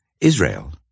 Israel